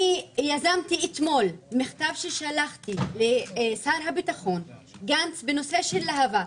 אני שלחתי אתמול מכתב לשר הביטחון גנץ בנושא של עמותת להב"ה.